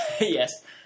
yes